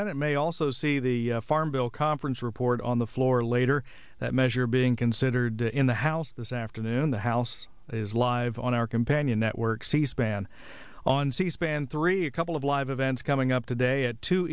senate may also see the farm bill conference report on the floor later that measure being considered in the house this afternoon the house is live on our companion network c span on c span three a couple of live events coming up today at two